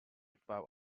five